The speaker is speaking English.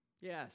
Yes